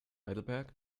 heidelberg